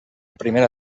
primera